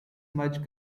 much